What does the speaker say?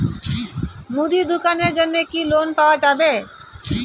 মুদি দোকানের জন্যে কি লোন পাওয়া যাবে?